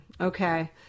Okay